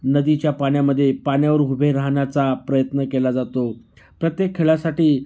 नदीच्या पाण्यामध्ये पाण्यावर उभे राहण्याचा प्रयत्न केला जातो प्रत्येक खेळासाठी